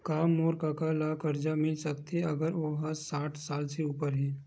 का मोर कका ला कर्जा मिल सकथे अगर ओ हा साठ साल से उपर हे?